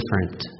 different